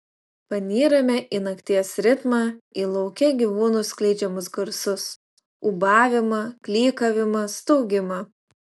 panyrame į nakties ritmą į lauke gyvūnų skleidžiamus garsus ūbavimą klykavimą staugimą